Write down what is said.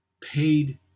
paid